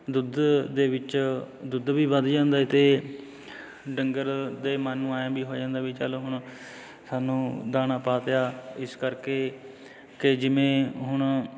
ਦੁੱਧ ਦੇ ਵਿੱਚ ਦੁੱਧ ਵੀ ਵੱਧ ਜਾਂਦਾ ਹੈ ਅਤੇ ਡੰਗਰ ਦੇ ਮਨ ਨੂੰ ਐਏਂ ਵੀ ਹੋ ਜਾਂਦਾ ਵੀ ਚੱਲ ਹੁਣ ਸਾਨੂੰ ਦਾਣਾ ਪਾਤਿਆ ਇਸ ਕਰਕੇ ਕਿ ਜਿਵੇਂ ਹੁਣ